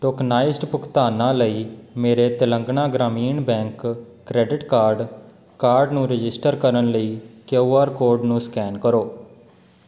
tokenized ਭੁਗਤਾਨਾਂ ਲਈ ਮੇਰੇ Telangana Grameen bank credit card card ਨੂੰ ਰਜਿਸਟਰ ਕਰਨ ਲਈ ਕੇਯੂ ਆਰ ਕੋਡ ਨੂੰ ਸਕੈਨ ਕਰੋ